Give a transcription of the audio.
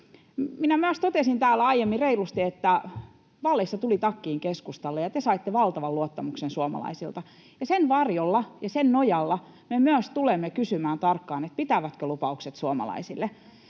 minä myös totesin täällä aiemmin reilusti, että vaaleissa tuli takkiin keskustalle ja te saitte valtavan luottamuksen suomalaisilta. Ja sen varjolla ja sen nojalla me myös tulemme kysymään tarkkaan, pitävätkö lupaukset suomalaisille.